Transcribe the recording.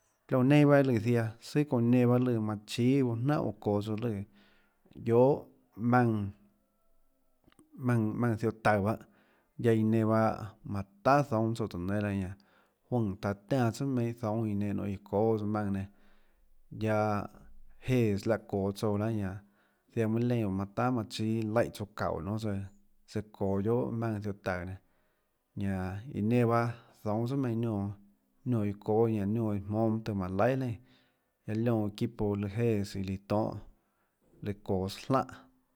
Çóhã nenã pahâ lùã manãchíâ uã jnanà uã çoå tsouã lùã guiohà maùnã maùnã maùnã ziohå taùå guiaâ iã nenã pahâ juønè taã tiánã tsùà meinhâ zoúnâ iã nenã nionê iã çóâs maùnã nenã guiaâ jéãs láhã çoå tsouã lahâ ñanã ziaã mønâ leínã manã tahà manã chíâ laíhã tsouã çaúå nonê tsøã tsøã çoå guiohà maùnã ziohå taùå nenã ñanã iã nenã pahâ zoúnâ tsøà meinhâ niónã niónã iã çóâ ñanã niónã iã jmóâ mønâ tøhê manã laihà leínã guiaâ liónã eþipo lùã jéãs iã lùã tiohâs lùã çoås jlánhà